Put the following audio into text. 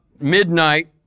midnight